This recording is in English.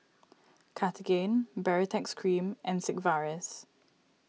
Cartigain Baritex Cream and Sigvaris